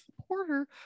supporter